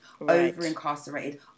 over-incarcerated